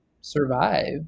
survive